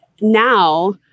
now